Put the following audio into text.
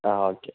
ആ ഓക്കേ